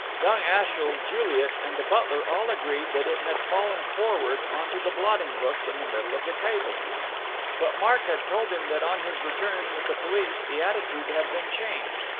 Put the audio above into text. young ashiel, juliet and the butler all agreed that it had fallen forward on to the blotting-book in the middle of the table but mark had told him that on his return with the police the attitude had been changed.